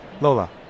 Lola